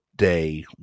day